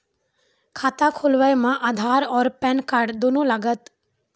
खाता खोलबे मे आधार और पेन कार्ड दोनों लागत?